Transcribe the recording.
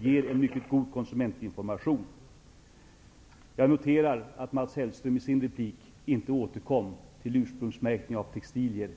ger en mycket god konsumentinformation om sådana produkter. Jag noterade att Mats Hellström i sin replik inte återkom till frågan om ursprungsmärkning av textilier.